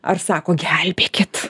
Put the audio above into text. ar sako gelbėkit